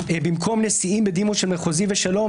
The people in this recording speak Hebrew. במקום נשיאים בדימוס של מחוזי ושלום,